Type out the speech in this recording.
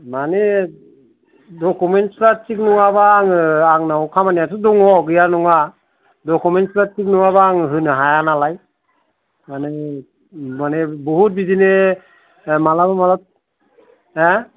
मानि डकमेन्सफ्रा थिग नङाबा आङो आंनाव खामानियाथ' दङ गैया नङा डकमेन्सफ्रा थिग नङाबा आङो होनो हाया नालाय मानि मानि बहुत बिदिनो मालाबा मालाबा हो